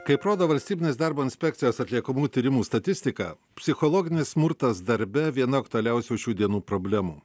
kaip rodo valstybinės darbo inspekcijos atliekamų tyrimų statistika psichologinis smurtas darbe viena aktualiausių šių dienų problemų